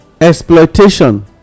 exploitation